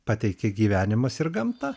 pateikė gyvenimas ir gamta